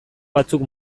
batzuk